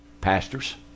Pastors